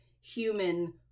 human